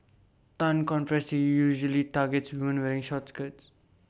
Tan confessed that usually targets women wearing short skirts